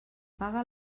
paga